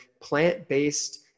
plant-based